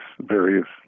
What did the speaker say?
various